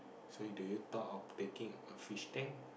so you do you thought of taking a fish tank